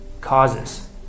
causes